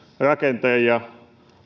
rakentajia